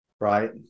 right